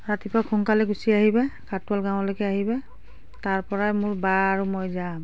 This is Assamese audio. ৰাতিপুৱা সোনকালে গুচি আহিবা খাটোৱাল গাঁৱলৈকে আহিবা তাৰপৰা মোৰ বা আৰু মই যাম